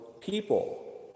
people